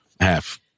half